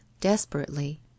desperately